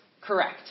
correct